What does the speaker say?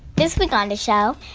this week on the show,